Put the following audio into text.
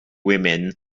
women